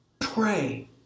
pray